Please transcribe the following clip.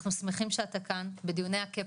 אנחנו שמחים שאתה כאן בדיוני הוועדה,